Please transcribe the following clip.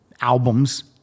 albums